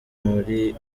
muri